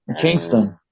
Kingston